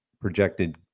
projected